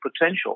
potential